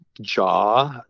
jaw